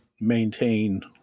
maintain